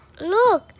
look